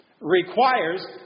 requires